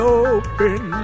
open